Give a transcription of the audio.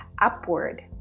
upward